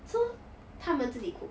so 他们自己 cook